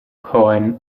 cohen